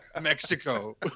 Mexico